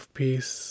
peace